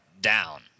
down